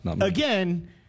again